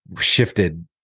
shifted